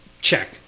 check